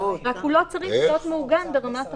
רק הוא לא צריך להיות מעוגן ברמת החוק.